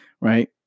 right